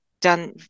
done